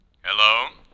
Hello